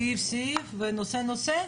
סעיף-סעיף ונושא-נושא,